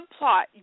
subplot